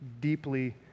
deeply